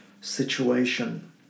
situation